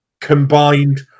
combined